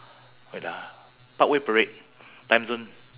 then